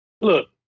Look